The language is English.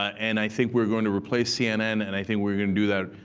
and i think we're going to replace cnn, and i think we're going to do that,